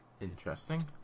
Interesting